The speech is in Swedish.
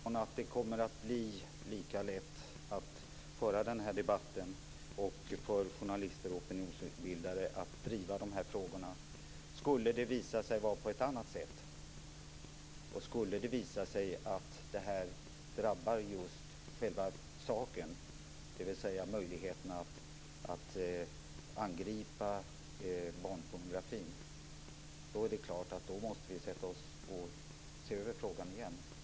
Fru talman! Jag utgår från att det kommer att bli lika lätt att föra den här debatten och för journalister och opinionsbildare att driva de här frågorna. Skulle det visa sig vara på ett annat sätt, skulle det visa sig att det här drabbar just själva saken, dvs. möjligheten att angripa barnpornografin, då är det klart att vi måste se över frågan igen.